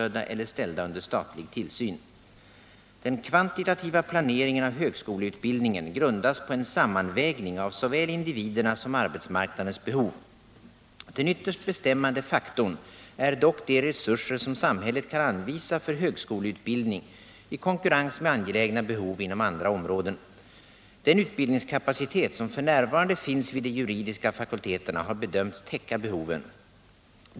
Den kvantitativa planeringen av högskoleutbildningen grundas på en sammanvägning av såväl individernas som arbetsmarknadens behov. Den ytterst bestämmande faktorn är dock de resurser som samhället kan anvisa för högskoleutbildning i konkurrens med angelägna behov inom andra områden. Den utbildningskapacitet som f. n. finns vid de juridiska fakulteterna har bedömts täcka behoven.